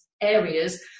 areas